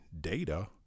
data